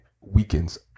weakens